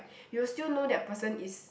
you will still know that person is